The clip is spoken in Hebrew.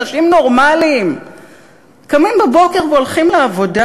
אנשים נורמליים קמים בבוקר והולכים לעבודה?